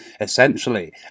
Essentially